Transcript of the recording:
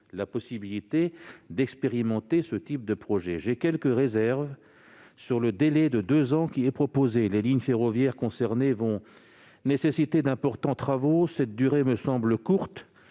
la possibilité d'expérimenter ce type de projets. Cependant, j'ai quelques réserves sur le délai de deux ans qui est proposé : puisque les lignes ferroviaires concernées nécessiteront d'importants travaux, cette durée me semble courte